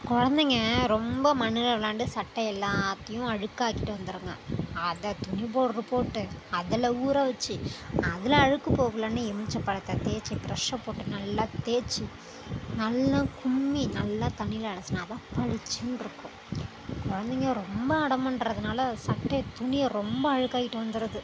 குழந்தைங்க ரொம்ப மண்ணில் விளையாண்டு சட்டை எல்லாத்தையும் அழுக்காக்கிட்டு வந்துடுங்க அதை துணி பவுடர் போட்டு அதில் ஊற வச்சு அதில் அழுக்கு போகலைன்னு எலும்பிச்சை பழத்தை தேய்ச்சி பிரஷ்ஷை போட்டு நல்லா ய் நல்லா கும்மி நல்லா தண்ணியில் அலசினா தான் பளிச்சின்னு இருக்கும் குழந்தைங்க ரொம்ப அடம் பண்றதினால சட்டையை துணியை ரொம்ப அழுக்காக்கிட்டு வந்துடுது